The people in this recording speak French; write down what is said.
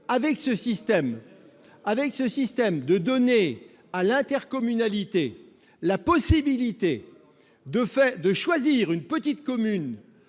Avec un tel système- donner à l'intercommunalité la possibilité de choisir une petite commune